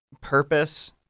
purpose